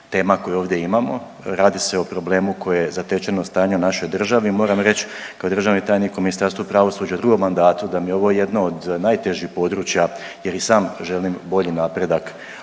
tema koje ovdje imamo. Radi se o problemu koji je zatečeno stanje u našoj državi. Moram reći kao državni tajnik u Ministarstvu pravosuđa u drugom mandatu da mi je ovo jedno od najtežih područja jer i sam želim bolji napredak